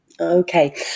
Okay